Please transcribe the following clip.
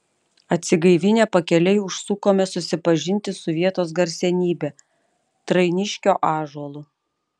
atsigaivinę pakeliui užsukome susipažinti su vietos garsenybe trainiškio ąžuolu